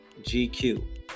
GQ